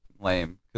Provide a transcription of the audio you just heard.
lame